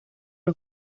los